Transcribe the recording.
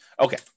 Okay